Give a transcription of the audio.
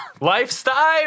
Lifestyle